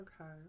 Okay